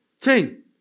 ten